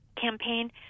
campaign